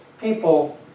people